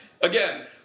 Again